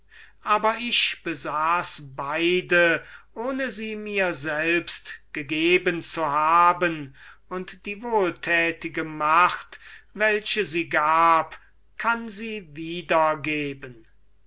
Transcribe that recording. aber ich besaß beide ohne sie mir selbst gegeben zu haben und die wohltätige macht die sie gab kann sie wiedergeben